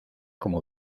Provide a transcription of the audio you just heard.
como